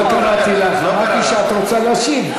לא קראתי לך, אמרתי שאת רוצה להשיב.